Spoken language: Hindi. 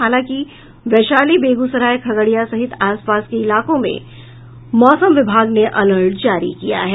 हालांकि वैशाली बेगूसराय खगड़िया सहित आस पास के इलाकों में मौसम विभाग ने अलर्ट जारी किया है